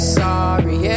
sorry